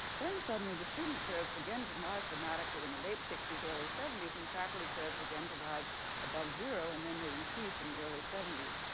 then, suddenly, the student curves began to rise dramatically in the late sixty s, early seventy s, and the faculty curves began to rise above zero, and then the increased in the early seventy s.